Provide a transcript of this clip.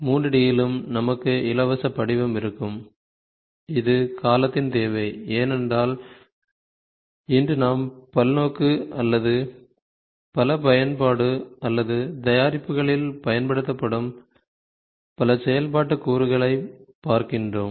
3 D யிலும் நமக்கு இலவச படிவம் இருக்கும் இது காலத்தின் தேவை ஏனென்றால் இன்று நாம் பல்நோக்கு அல்லது பல பயன்பாடு அல்லது தயாரிப்புகளில் பயன்படுத்தப்படும் பல செயல்பாட்டு கூறுகளைப் பார்க்கிறோம்